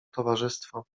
towarzystwo